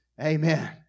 Amen